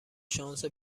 شانس